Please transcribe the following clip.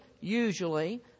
usually